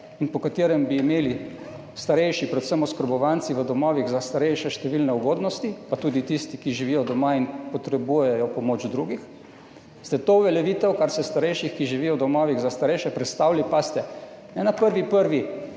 in po katerem bi imeli starejši, predvsem oskrbovanci v domovih za starejše, številne ugodnosti, pa tudi tisti, ki živijo doma in potrebujejo pomoč drugih, ste to uveljavitev, kar se tiče starejših, ki živijo v domovih za starejše, prestavili, pazite, ne na 1.